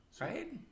right